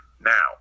Now